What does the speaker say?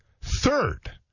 third